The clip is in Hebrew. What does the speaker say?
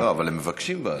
לא, אבל הם מבקשים ועדה.